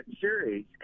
series